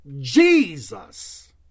Jesus